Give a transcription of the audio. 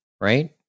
right